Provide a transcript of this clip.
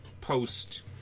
post